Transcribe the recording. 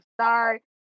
start